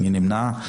מי נמנע?